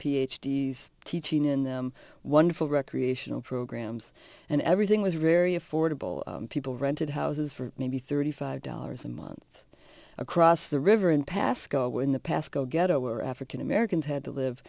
d s teaching in them wonderful recreational programs and everything was very affordable people rented houses for maybe thirty five dollars a month across the river and pascoe were in the past go ghetto were african americans had to live